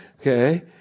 Okay